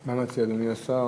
מה מציע אדוני השר?